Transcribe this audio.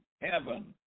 heaven